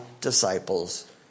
disciples